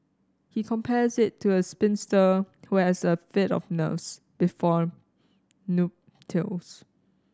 he compares it to a spinster who has a fit of nerves before nuptials